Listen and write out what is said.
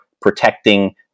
protecting